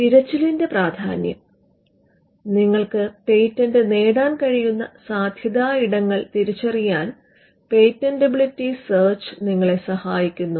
തിരച്ചിലിന്റെ പ്രാധാന്യം നിങ്ങൾക്ക് പേറ്റന്റ് നേടാൻ കഴിയുന്ന സാധ്യതാ ഇടങ്ങൾ തിരിച്ചറിയാൻ പേറ്റന്റബിലിറ്റി സെർച്ച് നിങ്ങളെ സഹായിക്കുന്നു